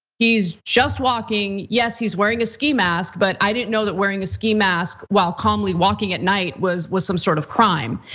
he's just walking. yes, he's wearing a ski mask, but i didn't know that wearing a ski mask while calmly walking at night was was some sort of crime.